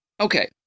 Okay